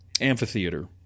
amphitheater